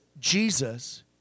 Jesus